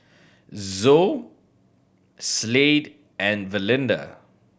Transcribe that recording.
Zoe Slade and Valinda